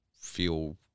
feel